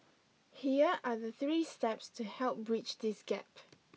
here are the three steps to help bridge this gap